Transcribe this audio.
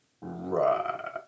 Right